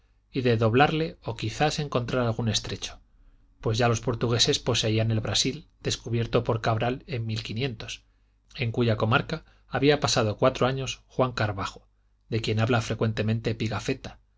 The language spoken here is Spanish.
y de doblarle o quizás encontrar algún estrecho pues ya los portugueses poseían el brasil descubierto por cabral en en cuya comarca había pasado cuatro años juan carvajo de quien habla frecuentemente pigafetta